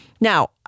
Now